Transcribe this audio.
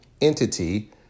entity